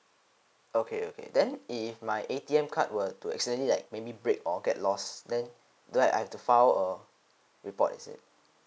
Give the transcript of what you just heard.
okay okay then if my A_T_M card were to accidentally like maybe break or get lost then do I have to file a report is it